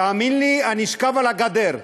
תאמין לי, אני אשכב על הגדר,